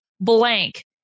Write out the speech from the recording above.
blank